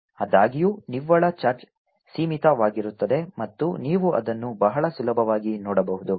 ಆದಾಗ್ಯೂ ನಿವ್ವಳ ಚಾರ್ಜ್ ಸೀಮಿತವಾಗಿರುತ್ತದೆ ಮತ್ತು ನೀವು ಅದನ್ನು ಬಹಳ ಸುಲಭವಾಗಿ ನೋಡಬಹುದು